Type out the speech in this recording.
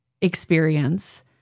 experience